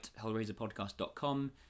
hellraiserpodcast.com